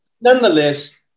nonetheless